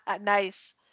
nice